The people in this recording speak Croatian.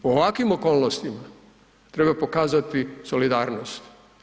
U ovakvim okolnostima treba pokazati solidarnost.